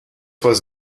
was